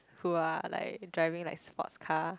who are like driving like sports car